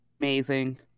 Amazing